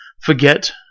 forget